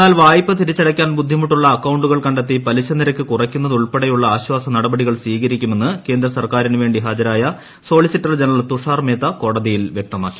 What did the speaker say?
എന്നാൽ വായ്പ തിരിച്ചടക്കാൻ ബുദ്ധിമുട്ടുള്ള അക്കൌണ്ടുകൾ കണ്ടെത്തി പലിശ നിരക്ക് കുറയ്ക്കുന്നത് ഉൾപ്പെടെയുള്ള ആശ്വാസ നടപടികൾ സ്വീകരിക്കുമെന്ന് കേന്ദ്ര സർക്കാരിനു വേണ്ടി ഹാജരായ സോളിസിറ്റർ ജനറൽ തുഷാർ മേത്ത കോടതിയിൽ വ്യക്തമാക്കി